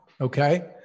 Okay